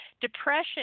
Depression